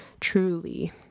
truly